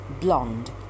blonde